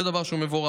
זה דבר מבורך.